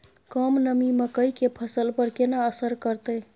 कम नमी मकई के फसल पर केना असर करतय?